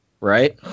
right